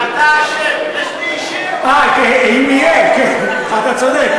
שאתה אשם, אם יהיה, אתה צודק.